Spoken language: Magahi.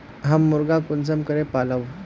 हम मुर्गा कुंसम करे पालव?